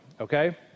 Okay